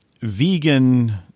vegan